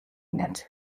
net